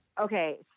Okay